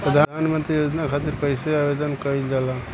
प्रधानमंत्री योजना खातिर कइसे आवेदन कइल जाला?